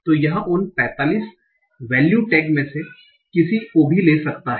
तो यह उन 45 वैल्यू टेग में से किसी को भी ले सकता है